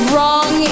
Wrong